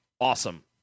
Awesome